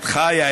את חיה,